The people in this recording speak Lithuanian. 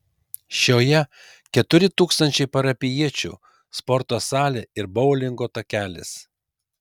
šioje keturi tūkstančiai parapijiečių sporto salė ir boulingo takelis